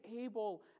able